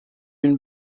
une